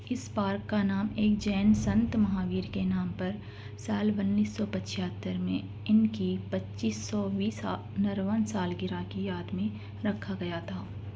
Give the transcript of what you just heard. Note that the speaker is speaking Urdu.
اس پارک کا نام ایک جین سنت مہاویر کے نام پر سال انیس سویں پچہتر میں ان کی پچیس سو ویں نرون سالگرہ کی یاد میں رکھا گیا تھا